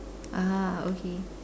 ah okay